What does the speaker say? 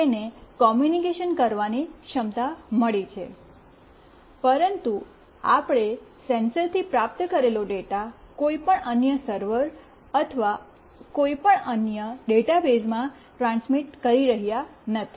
તેને કૉમ્યૂનિકેશન કરવાની ક્ષમતા મળી છે પરંતુ આપણે સેન્સરથી પ્રાપ્ત કરેલો ડેટા કોઈપણ અન્ય સર્વર અથવા કોઈપણ અન્ય ડેટાબેઝમાં ટ્રાન્સમિટ કરી રહ્યાં નથી